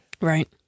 Right